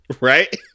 right